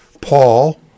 Paul